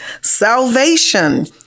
Salvation